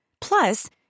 Plus